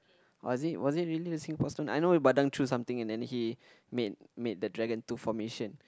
was it was it really a simple stone I know Badang threw something and then he made made the dragon tooth formation